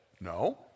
No